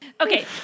Okay